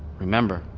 remember,